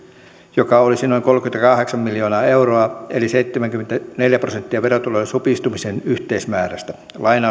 joka olisi noin kolmekymmentäkahdeksan miljoonaa euroa eli seitsemänkymmentäneljä prosenttia verotulojen supistumisen yhteismäärästä